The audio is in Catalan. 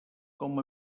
com